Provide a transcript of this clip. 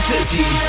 City